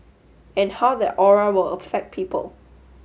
and how that aura will affect people